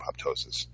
apoptosis